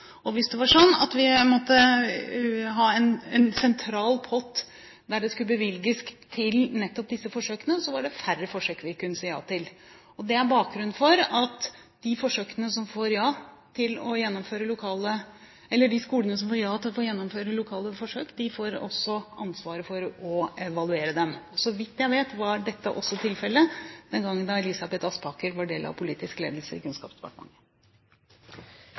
nettopp disse forsøkene, var det færre forsøk vi kunne si ja til. Det er bakgrunnen for at de skolene som får ja til å gjennomføre lokale forsøk, også får ansvaret for å evaluere dem. Så vidt jeg vet, var dette også tilfellet den gangen Elisabeth Aspaker var del av politisk ledelse i Kunnskapsdepartementet.